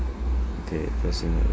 okay press on it